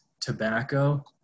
tobacco